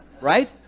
Right